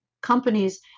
companies